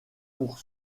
pour